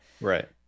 Right